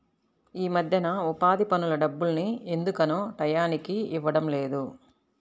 యీ మద్దెన ఉపాధి పనుల డబ్బుల్ని ఎందుకనో టైయ్యానికి ఇవ్వడం లేదు